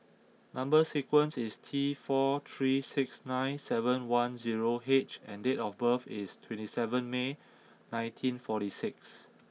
number sequence is T four three six nine seven one zero H and date of birth is twenty seven May nineteen forty six